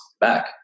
back